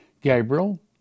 Gabriel